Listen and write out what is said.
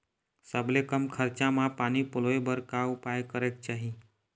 सबले कम खरचा मा पानी पलोए बर का उपाय करेक चाही?